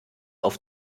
auf